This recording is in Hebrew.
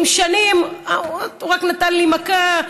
אם שנים הוא רק נתן מכה,